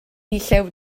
llew